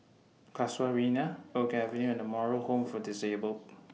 Casuarina Oak Avenue and The Moral Home For Disabled